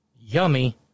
yummy